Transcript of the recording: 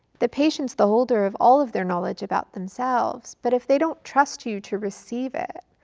the patient's the holder of all of their knowledge about themselves, but if they don't trust you to receive it,